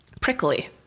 Prickly